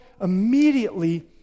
immediately